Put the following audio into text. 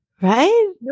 right